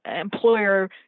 employer